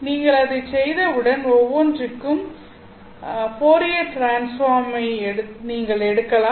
நீங்கள் அதைச் செய்தவுடன் ஒவ்வொன்றிற்கும் போரியர் டிரான்ஸ்பார்ம் ஐ நீங்கள் எடுக்கலாம்